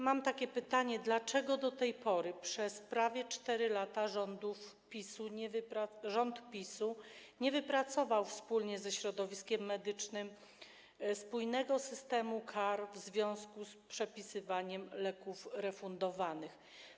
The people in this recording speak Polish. Mam takie pytanie: Dlaczego do tej pory przez prawie 4 lata rząd PiS-u nie wypracował wspólnie ze środowiskiem medycznym spójnego systemu kar w związku z przepisywaniem leków refundowanych?